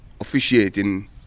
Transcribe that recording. officiating